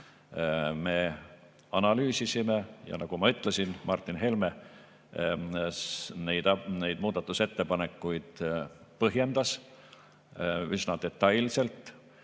me analüüsisime. Nagu ma ütlesin, Martin Helme neid muudatusettepanekuid põhjendas üsna detailselt.